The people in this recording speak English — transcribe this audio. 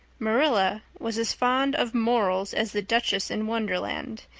marilla was as fond of morals as the duchess in wonderland,